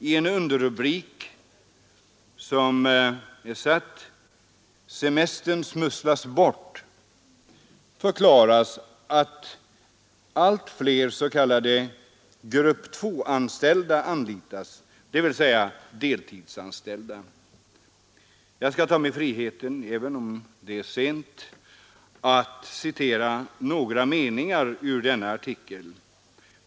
Efter underrubriken ”Semestern smusslas bort” förklaras att allt fler s.k. grupp 2-anställda, dvs. deltidsanställda anlitas. Jag tar mig friheten att citera några meningar ur denna artikel.